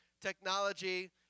technology